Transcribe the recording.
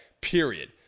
Period